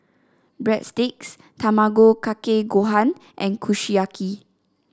Breadsticks Tamago Kake Gohan and Kushiyaki